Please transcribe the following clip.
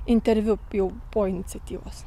interviu jau po iniciatyvos